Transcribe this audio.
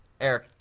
Eric